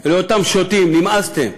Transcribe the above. נמאסתם.